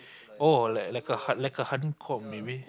oh like like a heart like a hearting poem maybe